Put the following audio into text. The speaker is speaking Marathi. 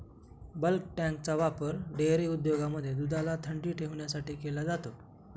बल्क टँकचा वापर डेअरी उद्योगांमध्ये दुधाला थंडी ठेवण्यासाठी केला जातो